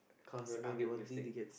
no don't get beef steak